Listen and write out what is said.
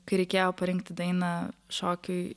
kai reikėjo parinkti dainą šokiui